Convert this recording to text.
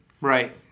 Right